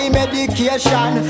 medication